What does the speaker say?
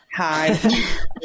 Hi